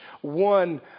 one